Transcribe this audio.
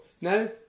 No